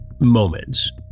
moments